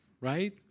right